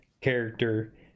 character